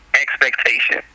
expectation